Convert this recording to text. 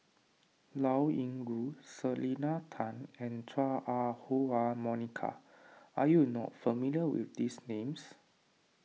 Liao Yingru Selena Tan and Chua Ah Huwa Monica are you not familiar with these names